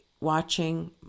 watching